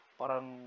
parang